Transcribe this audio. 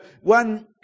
one